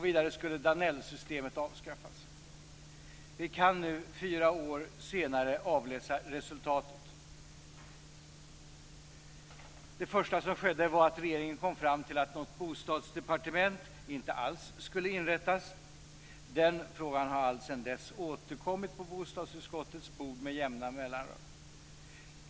Vidare skulle Vi kan nu fyra år senare avläsa resultatet. Det första som skedde var att regeringen kom fram till att något bostadsdepartement inte alls skulle inrättas. Den frågan har alltsedan dess återkommit på bostadsutskottets bord med jämna mellanrum.